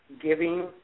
giving